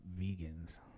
vegans